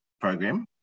program